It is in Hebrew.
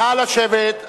נא לשבת.